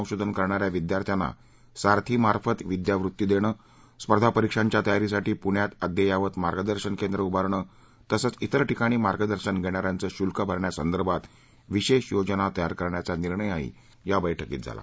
संशोधन करणाऱ्या विद्यार्थ्यांना सारथीमार्फत विद्यावृत्ती देणं स्पर्धा परीक्षांच्या तयारीसाठी पुण्यात अद्ययावत मार्गदर्शन केंद्र उभारणं तसंच इतर ठिकाणी मार्गदर्शन घेणाऱ्यांचे शुल्क भरण्यासंदर्भात विशेष योजना तयार करण्याचा निर्णयही या बैठकीत झाला